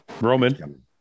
Roman